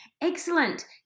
Excellent